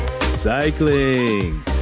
cycling